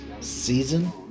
season